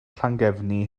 llangefni